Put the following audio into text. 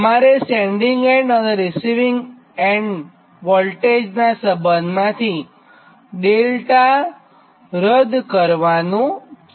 તમારે sending end અને receiving વોલ્ટેજનાં સંબંધમાંથી ડેલ્ટા રદ કરવાનું છે